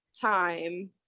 time